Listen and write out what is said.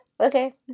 okay